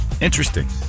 Interesting